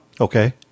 Okay